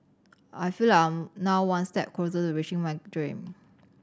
I feel like I am now one step closer to reaching my dream